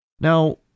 Now